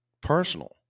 personal